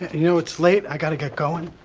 you know it's late. i've got to get going.